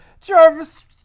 Jarvis